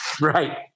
Right